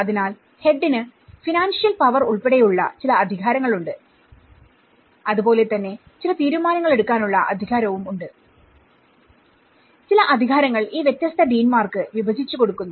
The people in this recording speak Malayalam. അതിനാൽ ഹെഡിന് ഫിനാൻഷ്യൽ പവർ ഉൾപ്പെടെയുള്ള ചില അധികാരങ്ങളുണ്ട് അതുപോലെ തന്നെ ചില തീരുമാനങ്ങളെടുക്കാനുള്ള അധികാരവും ഉണ്ട്ചില അധികാരങ്ങൾ ഈ വ്യത്യസ്ത ഡീൻമാർക്ക് വിഭജിച്ചു കൊടുക്കുന്നു